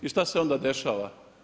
I šta se onda dešava?